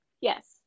Yes